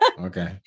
Okay